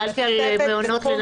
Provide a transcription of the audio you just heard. שאלתי על מעונות לנשים מוכות.